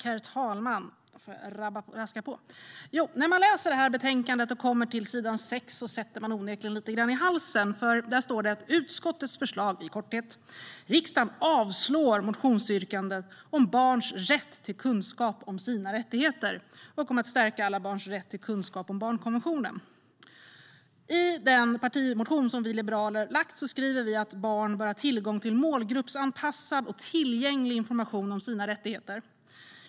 Herr talman! När man läser betänkandet och kommer till s. 6 sätter man onekligen lite i halsen. Där står det: "Utskottets förslag i korthet: Riksdagen avslår motionsyrkanden om barns rätt till kunskap om sina rättigheter och om att stärka alla barns rätt till kunskap om barnkonventionen." I den partimotion som vi liberaler väckt skriver vi att barn bör ha tillgång till målgruppsanpassad och tillgänglig information om sina rättigheter.